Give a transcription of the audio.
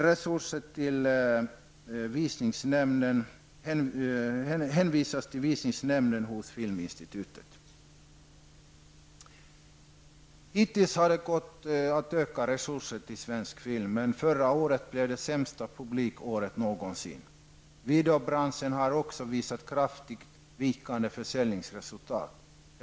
Resurser hänvisas till Hittills har det gått bra att öka resurserna till svensk film, men förra året blev det sämsta publikåret någonsin. Även videobranschen har visat kraftigt vikande försäljningsresultat.